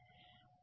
4 வரை 1